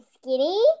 skinny